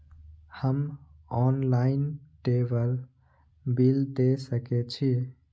हम online table bill दे सके छी?